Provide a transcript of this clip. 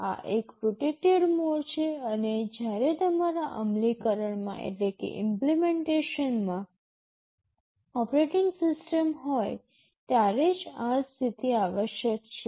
આ એક protected mode છે અને જ્યારે તમારા અમલીકરણમાં ઓપરેટિંગ સિસ્ટમ હોય ત્યારે જ આ સ્થિતિ આવશ્યક છે